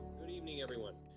good evening everyone.